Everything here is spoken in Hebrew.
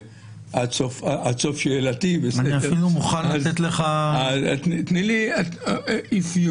אז בשנת 2021 גם לא מוציאים מחשב, אז אם יש ארבעה